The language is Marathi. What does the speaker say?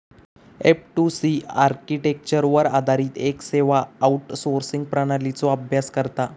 एफ.टू.सी आर्किटेक्चरवर आधारित येक सेवा आउटसोर्सिंग प्रणालीचो अभ्यास करता